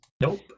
Nope